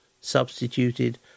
substituted